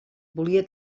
volia